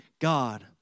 God